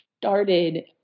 started